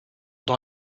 dans